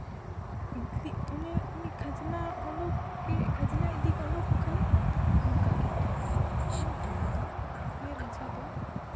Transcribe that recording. ᱩᱱᱤ ᱠᱷᱟᱡᱽᱱᱟ ᱚᱰᱳᱠ ᱜᱮ ᱠᱷᱟᱡᱽᱱᱟ ᱤᱫᱤ ᱚᱰᱳᱠᱚᱜ ᱠᱷᱟᱱᱮ ᱚᱱᱠᱟ ᱠᱤᱱ ᱛᱩᱧᱟ ᱤᱱᱠᱷᱟᱱ ᱫᱚ ᱩᱱᱤ ᱨᱟᱡᱟ ᱫᱚ